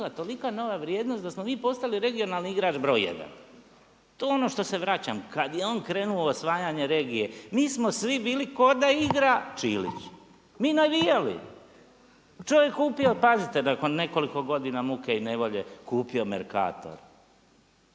tolika nova vrijednost da smo mi postali regionalni igrač broj jedan. To je ono što se vraćam, kad je on krenuo u osvajanje regije, mi smo svi bili ko da igra Čilić. Mi navijali, čovjek kupio, pazite nakon nekoliko godina muke i nevolje, kupio Mercator.